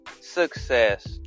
success